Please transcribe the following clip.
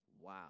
wow